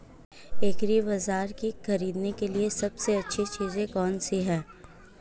एग्रीबाज़ार पर खरीदने के लिए सबसे अच्छी चीज़ कौनसी है?